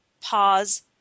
pause